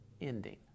ending